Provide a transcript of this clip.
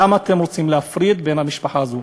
למה אתם רוצים להפריד את המשפחה הזו?